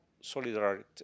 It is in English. solidarity